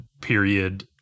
period